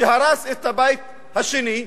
שהרס את הבית השני,